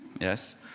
Yes